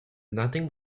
nothing